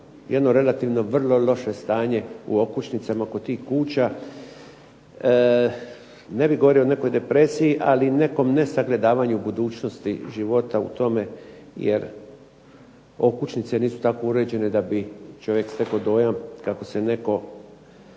jedno relativno vrlo loše stanje u okućnicama kod tih kuća. Ne bih govorio o nekoj depresiji ali nekom nesagledavanju budućnosti života u tome jer okućnice nisu tako uređene da bi čovjek stekao dojam kako se neko